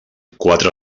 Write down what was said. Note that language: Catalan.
quatre